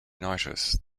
notice